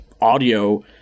audio